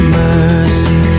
mercy